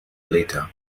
later